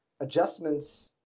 adjustments